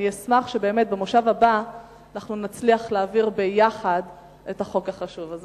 אני אשמח באמת אם במושב הבא אנחנו נצליח להעביר יחד את החוק החשוב הזה.